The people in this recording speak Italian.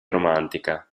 romantica